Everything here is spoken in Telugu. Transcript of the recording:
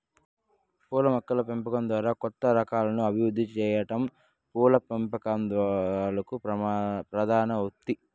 పూల మొక్కల పెంపకం ద్వారా కొత్త రకాలను అభివృద్ది సెయ్యటం పూల పెంపకందారుల ప్రధాన వృత్తి